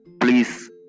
please